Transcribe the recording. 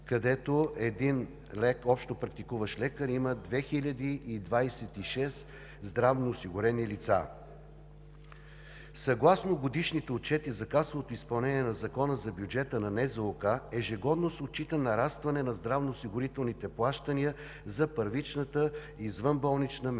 където един общопрактикуващ лекар има 2026 здравноосигурени лица. Съгласно годишните отчети за касовото изпълнение на Закона за бюджета на НЗОК ежегодно се отчита нарастване на здравноосигурителните плащания за първичната извънболнична медицинска